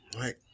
right